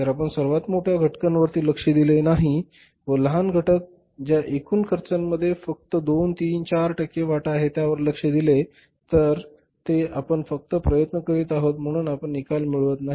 जर आपण सर्वात मोठ्या घटकांवरती लक्ष नाही दिले व लहान घटक ज्यांचा एकूण खर्चामध्ये फक्त 2 3 4 टक्के वाटा आहे त्यावर लक्ष दिले तर ते आपण फक्त प्रयत्न करीत आहोत परंतु आपण निकाल मिळवत नाही